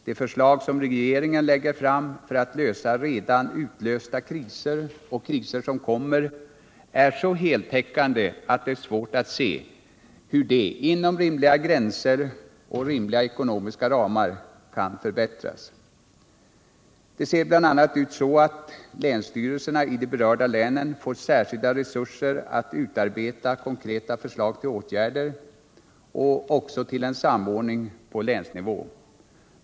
De förslag som regeringen lägger fram för att lösa redan utlösta kriser och kriser som kommer är så heltäckande att det är svårt att se hur de inom rimliga gränser och ekonomiska ramar kan förbättras. Länsstyrelserna i de berörda länen får särskilda resurser för att utarbeta konkreta förslag till åtgärder och till en samordning på länsnivå.